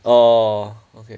orh okay